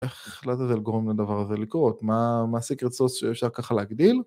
איך החלטת לגרום לדבר הזה לקרות? מה... מה הסיקרט סורס שאפשר ככה להגדיל?